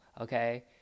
okay